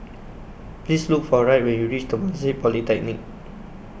Please Look For Wright when YOU REACH Temasek Polytechnic